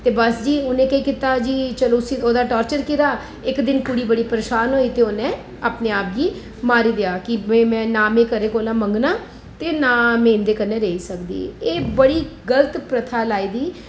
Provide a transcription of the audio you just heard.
ते बस जी उ'नें केह् कीता जी ओह्दा टार्चर कीता इक दिन कुड़ी बड़ी परेशान होई ते उ'न्नै अपने आप गी मारी लेआ कि भई में ना में अपनें घरै कोला मंगना ते ना में इं'दे कन्नै रेही सकदी एह् बड़ी गल्त प्रथा ऐ लाई दी